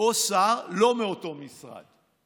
או שר לא מאותו משרד?